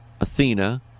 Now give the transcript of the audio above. Athena